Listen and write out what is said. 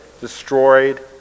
destroyed